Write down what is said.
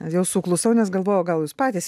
vėl suklusau nes galvojau gal jūs patys